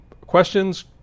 questions